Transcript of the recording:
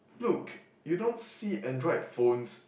look you don't see android phones